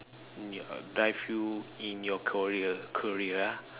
d~ drive you in your career career